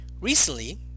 Recently